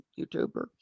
youtuber